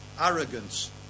arrogance